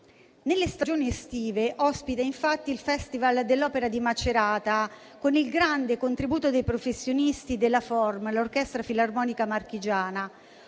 Nelle stagioni estive ospita infatti il Festival dell'opera di Macerata, con il grande contributo dei professionisti della FORM, l'orchestra filarmonica marchigiana,